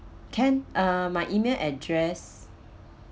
can uh my email address